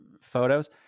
photos